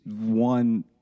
one